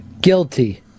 guilty